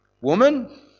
Woman